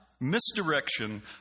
misdirection